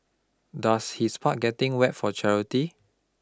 does his part getting wet for charity